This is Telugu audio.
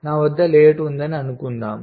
నా వద్ద లేఅవుట్ ఉందని అనుకుందాం